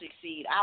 succeed